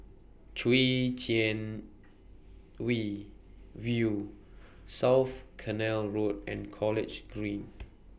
Chwee Chian V View South Canal Road and College Green